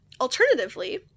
Alternatively